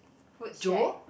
food shack